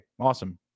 awesome